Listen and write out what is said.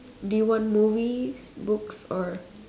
do you want movies books or